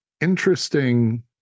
interesting